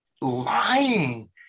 lying